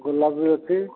ଗୋଲାପ ବି ଅଛି